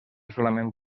solament